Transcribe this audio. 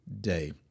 day